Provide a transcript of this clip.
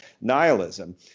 nihilism